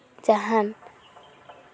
ᱡᱟᱦᱟᱱ